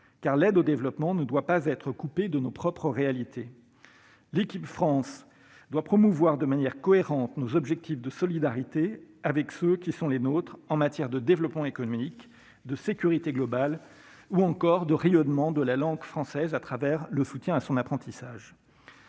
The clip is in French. Car l'aide au développement ne doit pas être coupée de nos propres réalités. L'« Équipe France » doit promouvoir de manière cohérente nos objectifs de solidarité avec ceux qui sont les nôtres en matière de développement économique, de sécurité globale ou encore de rayonnement de la langue française au travers du soutien à son apprentissage.